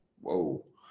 whoa